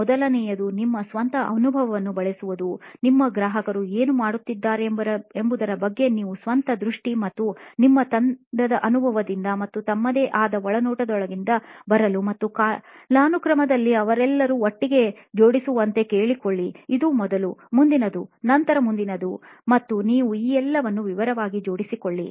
ಮೊದಲನೆಯದು ನಿಮ್ಮ ಸ್ವಂತ ಅನುಭವವನ್ನು ಬಳಸುವುದುನಿಮ್ಮ ಗ್ರಾಹಕರು ಏನು ಮಾಡುತ್ತಿದ್ದಾರೆಂಬುದರ ಬಗ್ಗೆ ನಿಮ್ಮ ಸ್ವಂತ ದೃಷ್ಟಿ ಮತ್ತು ನಿಮ್ಮ ತಂಡದ ಅನುಭವದಿಂದ ಮತ್ತು ತಮ್ಮದೇ ಆದ ಒಳನೋಟಗಳೊಂದಿಗೆ ಬರಲು ಮತ್ತು ಕಾಲಾನುಕ್ರಮದಲ್ಲಿ ಅವರೆಲ್ಲರನ್ನೂ ಒಟ್ಟಿಗೆ ಜೋಡಿಸುವಂತೆ ಕೇಳಿಕೊಳ್ಳಿ ಇದು ಮೊದಲು ಮುಂದಿನ ಮತ್ತು ನಂತರ ಮುಂದಿನದು ಮತ್ತು ನೀವು ಈ ಎಲ್ಲವನ್ನುವಿವರವಾಗಿ ಜೋಡಿಸಿಕೊಳ್ಳಿ